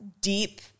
deep